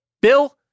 Bill